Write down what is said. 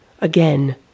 again